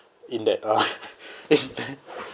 in that uh in that